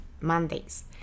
Mondays